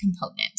component